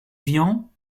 vian